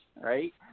right